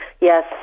yes